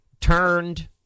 turned